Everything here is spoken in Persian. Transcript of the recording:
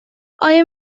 آیا